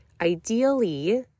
ideally